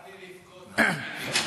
בא לי לבכות, תאמין לי.